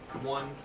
one